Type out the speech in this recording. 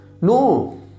No